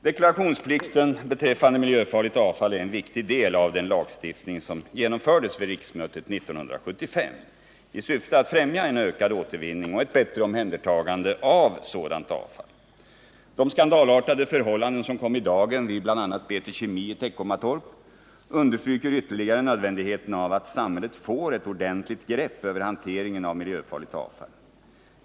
Deklarationsplikten beträffande miljöfarligt avtal är en viktig del av den lagstiftning som genomfördes vid riksmötet 1975 i syfte att främja en ökad återvinning och ett bättre omhändertagande av sådant avfall. De skandalartade förhållanden som kom i dagen vid bl.a. BT Kemi AB i Teckomatorp understryker ytterligare nödvändigheten av att samhället får ett ordentligt grepp över hanteringen av miljöfarligt avfall.